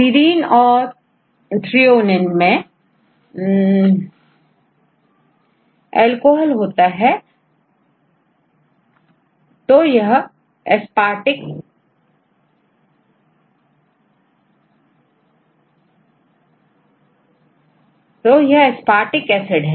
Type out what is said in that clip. Serine और thronine मैं alcohol होता है तो यह aspartic acid है